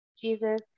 jesus